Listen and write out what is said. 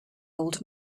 old